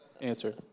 answer